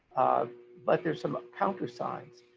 ah but there's some counter signs,